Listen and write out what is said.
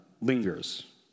lingers